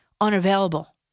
unavailable